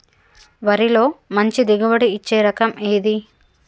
వరిలో మంచి దిగుబడి ఇచ్చే రకం ఏది?